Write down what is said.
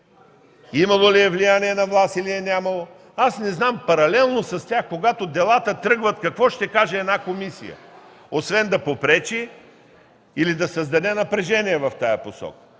имало ли е влияние на власт или е нямало. Аз не знам паралелно с тях, когато делата тръгват, какво ще каже една комисия, освен да попречи или да създаде напрежение в тази посока.